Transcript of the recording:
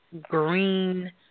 green